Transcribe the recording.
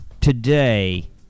Today